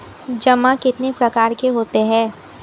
जमा कितने प्रकार के होते हैं?